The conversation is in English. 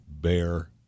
bear